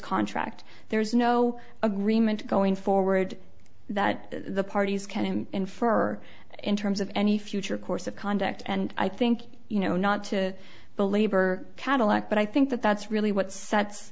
contract there's no agreement going forward that the parties can infer in terms of any future course of conduct and i think you know not to belabor cadillac but i think that that's really what sets